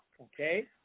okay